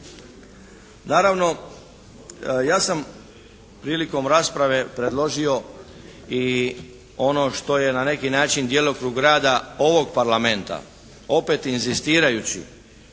Naravno ja sam prilikom rasprave predložio i ono što je na neki način djelokrug rada ovog Parlamenta opet inzistirajući